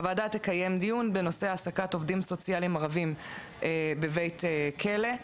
הוועדה תקיים דיון בנושא העסקת עובדים סוציאליים ערבים בבית כלא.